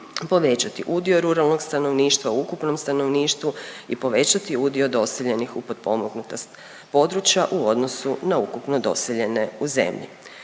povećati udio ruralnog stanovništva u ukupnom stanovništvu i povećati udio doseljenih u potpomognuta područja u odnosu na ukupno doseljene u zemlji